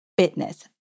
Fitness